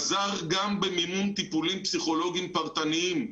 עזר גם במימון טיפולים פסיכולוגיים פרטניים,